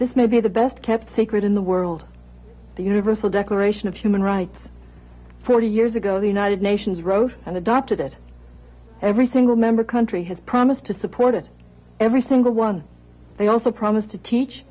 this may be the best kept secret in the world the universal declaration of human rights forty years ago the united nations wrote and adopted it every single member country has promised to support it every single one they also promised to teach